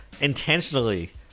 intentionally